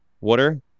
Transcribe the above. water